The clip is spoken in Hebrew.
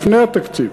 לפני התקציב,